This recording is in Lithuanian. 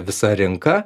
visa rinka